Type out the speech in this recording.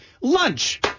lunch